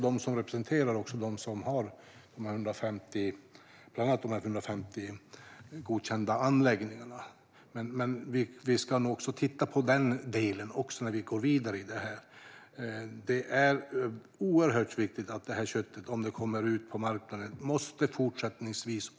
De representerar förvisso dem som har de 150 vilthanteringsanläggningarna. Men när vi går vidare ska vi titta på den delen också. Det är oerhört viktigt att det här köttet, om det kommer ut på marknaden, är fritt från trikiner också fortsättningsvis.